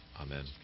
Amen